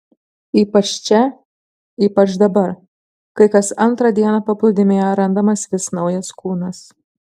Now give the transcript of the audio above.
ypač čia ypač dabar kai kas antrą dieną paplūdimyje randamas vis naujas kūnas